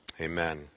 Amen